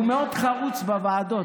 והוא מאוד חרוץ בוועדות,